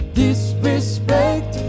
disrespect